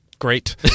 Great